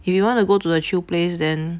if you want to go to a chill place then